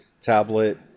tablet